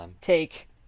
take